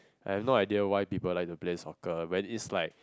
I have no idea why people like to play soccer when it's like